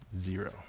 zero